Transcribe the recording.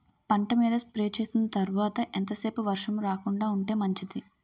పంట మీద స్ప్రే చేసిన తర్వాత ఎంత సేపు వర్షం రాకుండ ఉంటే మంచిది?